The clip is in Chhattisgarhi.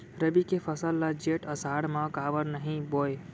रबि के फसल ल जेठ आषाढ़ म काबर नही बोए?